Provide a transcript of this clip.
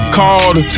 called